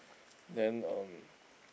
then um